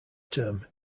term